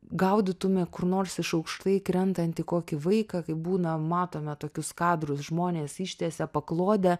gaudytume kur nors iš aukštai krentantį kokį vaiką kai būna matome tokius kadrus žmonės ištiesia paklodę